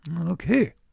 Okay